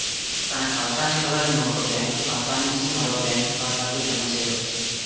తన ఖాతా నిల్వలను ఒక బ్యాంకు ఖాతా నుంచి మరో బ్యాంక్ ఖాతాకు జమ చేయవచ్చు